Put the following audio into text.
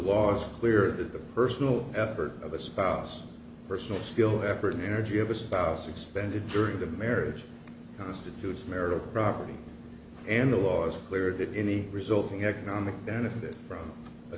is clear that the personal effort of a spouse personal skill after an energy of a spouse expended during the marriage constitutes marital property and the law is clear that any resulting economic benefit from a